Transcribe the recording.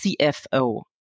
CFO